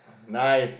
nice